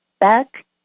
back